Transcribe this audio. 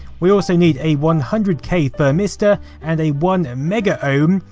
we also need a one hundred k thermistor and a one mega ohm,